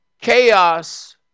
Chaos